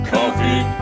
Coffee